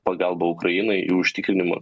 pagalbą ukrainai į užtikrinimą